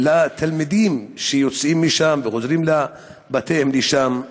לתלמידים שיוצאים משם וחוזרים לבתיהם לשם.